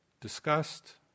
discussed